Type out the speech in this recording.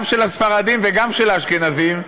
גם של הספרדים וגם של האשכנזים: